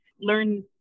learn